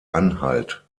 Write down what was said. anhalt